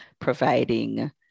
Providing